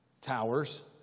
towers